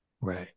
Right